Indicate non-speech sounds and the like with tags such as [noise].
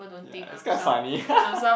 ya it's quite funny [laughs]